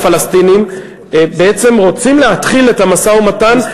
הפלסטינים בעצם רוצים להתחיל את המשא-ומתן,